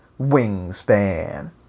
Wingspan